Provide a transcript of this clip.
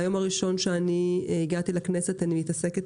מהיום הראשון שהגעתי לכנסת אני מתעסקת